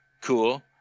Cool